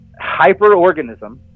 hyperorganism